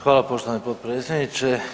Hvala poštovani potpredsjedniče.